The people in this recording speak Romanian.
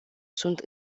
sunt